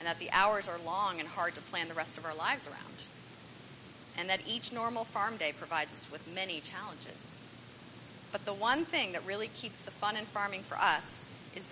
and that the hours are long and hard to plan the rest of our lives around and that each normal farm day provides us with many challenges but the one thing that really keeps the fun in farming for us is the